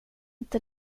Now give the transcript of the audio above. inte